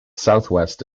southwest